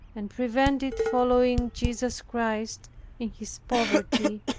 and prevent it following jesus christ in his poverty,